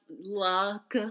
luck